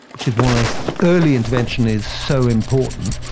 which is why early intervention is so important,